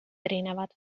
erinevad